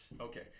okay